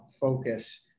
focus